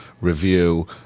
review